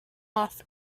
off